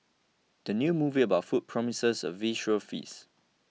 the new movie about food promises a visual feast